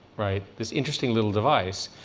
right, this interesting little device,